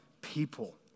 people